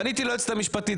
פניתי ליועצת המשפטית,